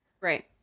right